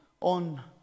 on